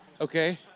Okay